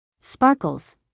Sparkles